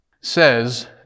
says